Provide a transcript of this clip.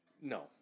No